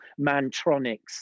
Mantronic's